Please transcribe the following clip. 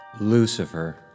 Lucifer